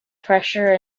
pressure